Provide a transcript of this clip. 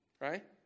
right